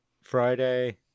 Friday